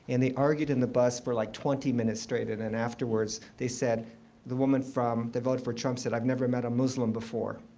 and they argued in the bus for like twenty minutes straight. and then and afterwards, they said the woman from the vote for trump said, i've never met a muslim before.